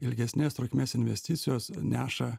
ilgesnės trukmės investicijos neša